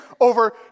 over